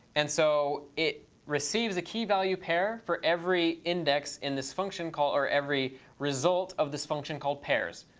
and so it receives a key value pair for every index in this function call or every result of this function called pairs.